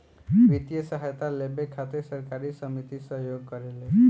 वित्तीय सहायता लेबे खातिर सहकारी समिति सहयोग करेले